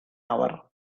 hour